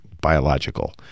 biological